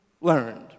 learned